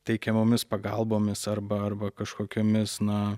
teikiamomis pagalbomis arba arba kažkokiomis na